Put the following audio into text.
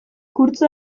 kurtso